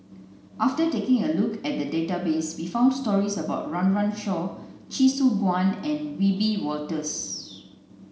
after taking a look at the database we found stories about Run Run Shaw Chee Soon Juan and Wiebe Wolters